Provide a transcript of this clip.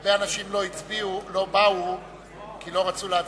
הרבה אנשים לא באו כי לא רצו להצביע,